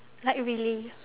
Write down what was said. like really